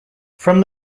from